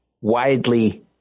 widely